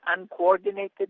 uncoordinated